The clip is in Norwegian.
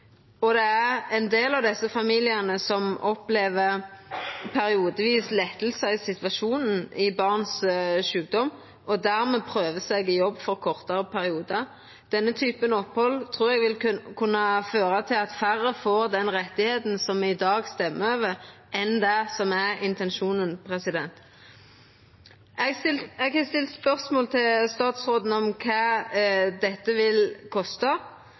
sjukepengar. Det er ein del av desse familiane som periodevis opplever at situasjonen rundt sjukdomen til barnet vert lettare, og som dermed prøver seg i jobb for kortare periodar. Denne typen opphald trur eg vil kunne føra til at færre får den retten som me i dag stemmer over, enn det som er intensjonen. Eg har stilt spørsmål til statsråden om kva det vil kosta